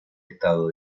estado